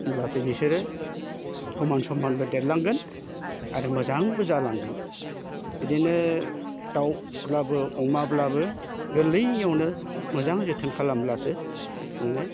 होमब्लासो बिसोरो समान समानबो देरलांगोन आरो मोजांबो जालांगोन बिदिनो दावब्लाबो अमाब्लाबो गोरलैयावनो मोजां जोथोन खालामब्लासो नोङो